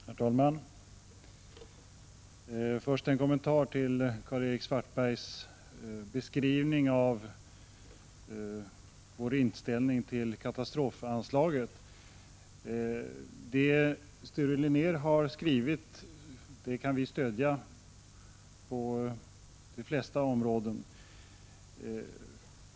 Prot. 1985/86:117 Herr talman! Först en kommentar till Karl-Erik Svartbergs beskrivning av 16 april 1986 vår inställning till katastrofanslaget. Det Sture Linnér har skrivit kan vi a ä RNE EE Int tionellt stödja på de flesta punkter.